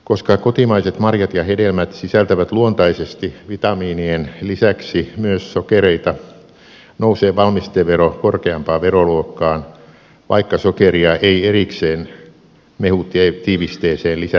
koska kotimaiset marjat ja hedelmät sisältävät luontaisesti vitamiinien lisäksi myös sokereita nousee valmistevero korkeampaan veroluokkaan vaikka sokeria ei erikseen mehutiivisteeseen lisättäisikään